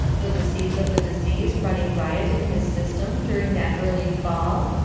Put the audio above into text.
were the seeds of the disease running riot in his system during that early fall?